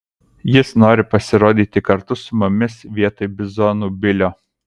jis nori pasirodyti kartu su mumis vietoj bizonų bilio